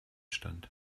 stand